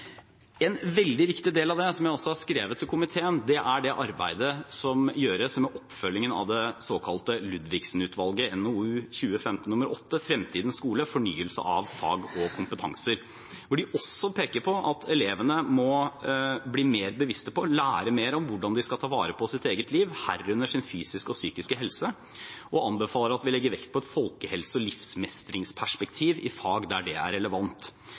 En veldig viktig del av det, som jeg også har skrevet til komiteen, er det arbeidet som gjøres med oppfølgingen av det såkalte Ludvigsen-utvalget, NOU 2015:8 Fremtidens skole, fornyelse av fag og kompetanser, hvor de også peker på at elevene må bli mer bevisste på å lære mer om hvordan de skal ta vare på sitt eget liv, herunder sin fysiske og psykiske helse, og anbefaler at vi legger vekt på et folkehelse- og livsmestringsperspektiv i fag der det er relevant.